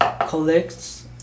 collects